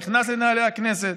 נכנס לנעלי הכנסת.